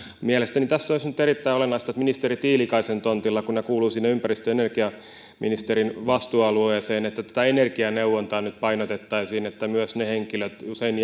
mielestäni tässä olisi nyt erittäin olennaista että ministeri tiilikaisen tontilla kun nämä kuuluvat sinne ympäristö ja energiaministerin vastuualueeseen tätä energianeuvontaa nyt painotettaisiin että autettaisiin myös niitä henkilöitä usein